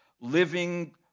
living